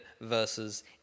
versus